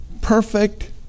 perfect